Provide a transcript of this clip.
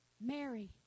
Mary